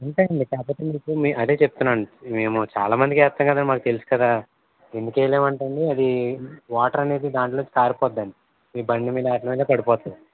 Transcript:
ఉంటాయండి కాకపొతే మీకు అదే చెప్తున్నానండి మేము చాలా మందికి వేస్తాం కదా మాకు తెలుసు కదా ఎందుకు ఏయలేమంటే అండి అది వాటర్ అనేది దాంట్లోనుంచి కారిపోతుందండి మీ బండి మీద వాట్లి మీద పడిపోతుంది